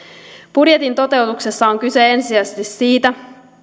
budjetin toteutuksessa on kyse ensisijaisesti siitä